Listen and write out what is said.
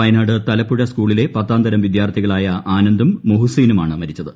വയനാട് തലപ്പുഴ സ്കൂളിലെ പത്താം തരം വിദ്യാർത്ഥികളായ ആനന്ദും മുഹ്സിനുമാണ് മരിച്ചത്